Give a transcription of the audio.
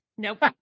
Nope